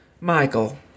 Michael